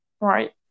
Right